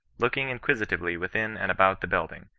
looking inquisitively within and about the building,